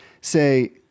say